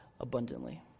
abundantly